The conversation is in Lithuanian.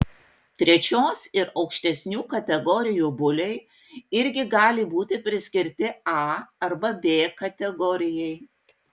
trečios ir aukštesnių kategorijų buliai irgi gali būti priskirti a arba b kategorijai